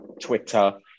Twitter